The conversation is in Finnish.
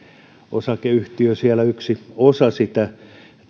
osakeyhtiö yksi osa sitä